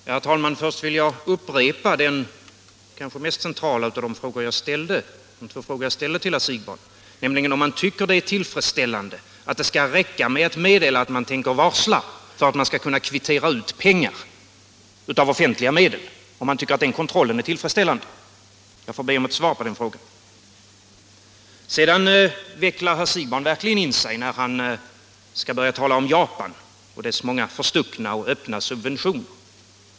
Herr talman! Först vill jag upprepa den kanske mest centrala av de två frågor jag ställde till herr Siegbahn, nämligen om han tycker att kontrollen är tillfredsställande när det skall räcka med att meddela att man tänker varsla för att man skall kunna kvittera ut pengar av offentliga medel. Jag får be om ett svar på den frågan. Sedan vecklar herr Siegbahn verkligen in sig när han skall börja tala om Japan och dess många förstuckna och öppna subventioner.